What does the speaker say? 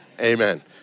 Amen